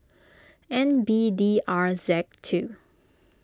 N B D R Z two